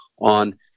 on